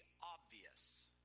obvious